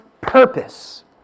purpose